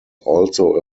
also